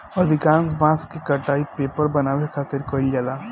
अधिकांश बांस के कटाई पेपर बनावे खातिर कईल जाला